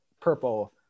purple